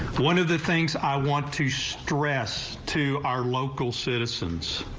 one of the things i want to stress to our local citizens.